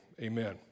Amen